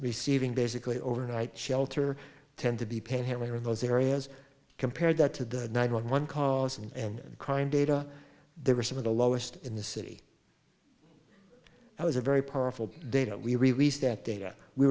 receiving basically overnight shelter tend to be paying here in those areas compared that to the nine one one calls and crime data there were some of the lowest in the city i was a very powerful data we released that data we